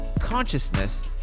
consciousness